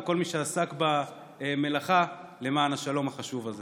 וכל מי שעסק במלאכה למען השלום החשוב הזה,